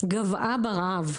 גוועה ברעב,